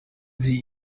sie